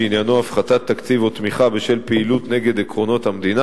שעניינו הפחתת תקציב או תמיכה בשל פעילות נגד עקרונות המדינה,